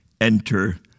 enter